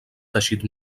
teixit